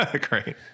Great